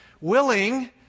willing